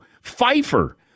Pfeiffer